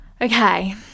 Okay